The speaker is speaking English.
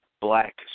black